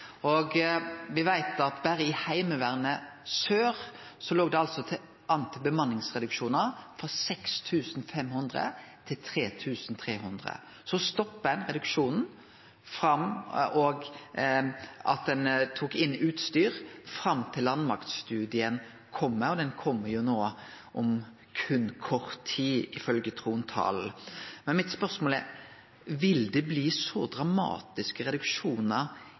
Heimevernet. Me veit at berre i Heimevernet i sør låg det altså an til bemanningsreduksjonar, frå 6 500 til 3 300. Så stoppa ein reduksjonen og at ein tok inn utstyr, fram til landmaktstudien skulle kome, og han kjem jo no om berre kort tid, ifølgje trontala. Men mitt spørsmål er: Vil det bli så dramatiske reduksjonar